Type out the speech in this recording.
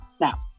Now